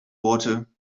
water